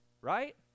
right